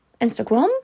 Instagram